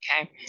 okay